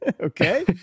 Okay